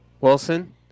Wilson